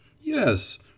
Yes